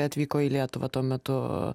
atvyko į lietuvą tuo metu